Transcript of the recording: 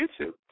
YouTube